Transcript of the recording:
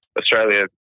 Australia